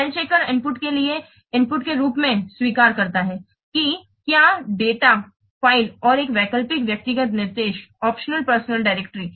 spell checker input के रूप में स्वीकार करता है कि क्या दस्तावेज़ फ़ाइल और एक वैकल्पिक व्यक्तिगत निर्देशिका फ़ाइल